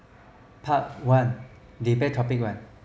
part one debate topic one